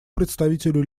представителю